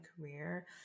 career